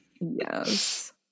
Yes